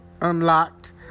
unlocked